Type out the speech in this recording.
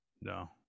No